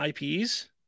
IPs